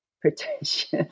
pretentious